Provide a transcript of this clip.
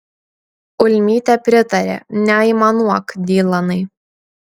ulmytė pritarė neaimanuok dylanai